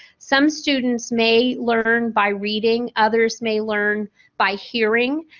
some students may learn by reading, others may learn by hearing,